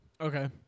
Okay